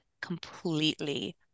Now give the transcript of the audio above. completely